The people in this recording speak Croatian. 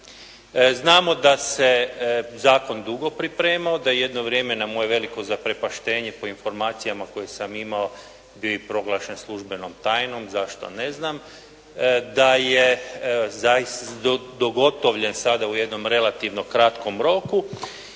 Znamo da se zakon dugo pripremao, da je jedno vrijeme na moje veliko zaprepaštenje po informacijama koje sam imao bio i proglašen službenom tajnom. Zašto? Ne znam, da je dogotovljen sada u jednom relativno kratkom roku